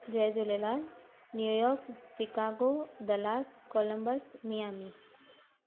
Jay Jhulelal New York Chicago Dallas Columbus Miami